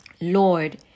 Lord